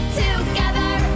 together